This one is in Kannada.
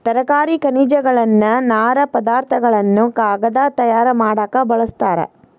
ತರಕಾರಿ ಖನಿಜಗಳನ್ನ ನಾರು ಪದಾರ್ಥ ಗಳನ್ನು ಕಾಗದಾ ತಯಾರ ಮಾಡಾಕ ಬಳಸ್ತಾರ